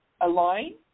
align